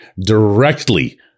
directly